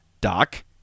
Doc